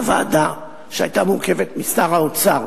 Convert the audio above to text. הוועדה, שהיתה מורכבת משר האוצר,